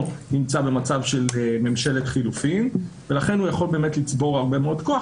נמצא במצב של ממשלת חילופין ולכן הוא יכול באמת לצבור הרבה מאוד כוח,